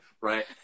right